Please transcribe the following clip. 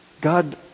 God